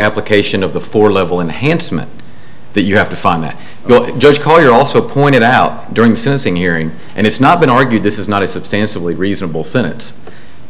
application of the four level enhanced mut that you have to find a good judge call you also pointed out during sentencing hearing and it's not been argued this is not a substantially reasonable sinnott